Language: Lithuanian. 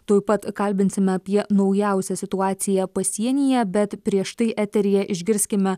tuoj pat kalbinsime apie naujausią situaciją pasienyje bet prieš tai eteryje išgirskime